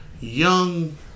Young